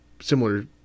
similar